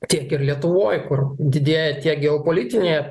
tiek ir lietuvoj kur didėja tiek geopolitiniai